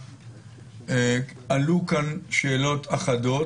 עלו כאן שאלות אחדות,